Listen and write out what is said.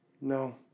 No